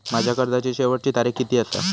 माझ्या कर्जाची शेवटची तारीख किती आसा?